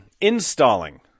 installing